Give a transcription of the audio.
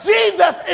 Jesus